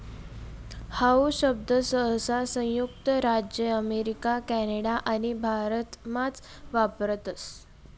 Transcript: how शब्द सहसा संयुक्त राज्य अमेरिका कॅनडा आणि भारतमाच वापरतस